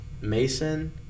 Mason